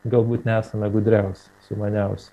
galbūt nesame gudriausi sumaniausi